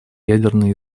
ядерные